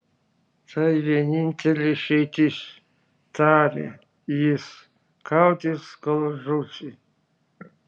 tai vienintelė išeitis tarė jis kautis kol žūsi